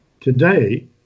Today